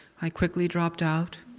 i quickly dropped out.